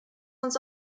uns